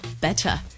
better